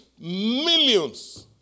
millions